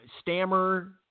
stammer